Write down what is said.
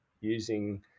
using